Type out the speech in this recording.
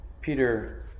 Peter